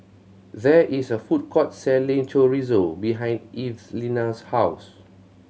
there is a food court selling Chorizo behind Evelina's house